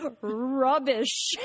rubbish